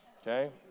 okay